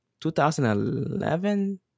2011